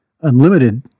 unlimited